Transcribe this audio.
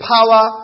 Power